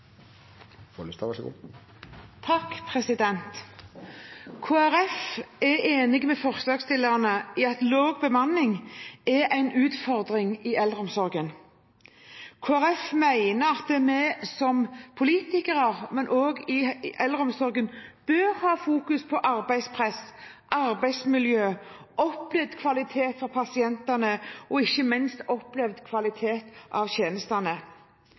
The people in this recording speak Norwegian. enig med forslagsstillerne i at lav bemanning er en utfordring i eldreomsorgen. Kristelig Folkeparti mener at vi som politikere, også i eldreomsorgen, bør fokusere på arbeidspress, på arbeidsmiljø, på opplevd kvalitet for pasientene og ikke minst opplevd kvalitet på tjenestene.